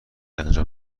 انجام